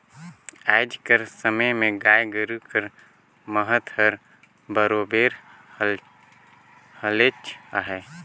आएज कर समे में गाय गरू कर महत हर बरोबेर हलेच अहे